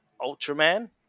Ultraman